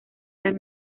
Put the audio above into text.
las